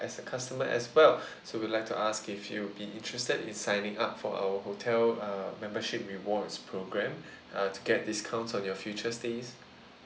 as a customer as well so we would like to ask if you would be interested in signing up for our hotel uh membership rewards programme uh to get discounts on your future stays